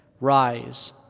Rise